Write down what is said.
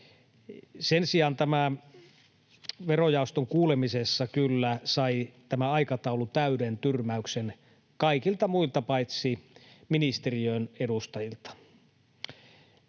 Sen sijaan verojaoston kuulemisessa tämä aikataulu kyllä sai täyden tyrmäyksen kaikilta muilta paitsi ministeriön edustajilta.